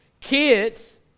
Kids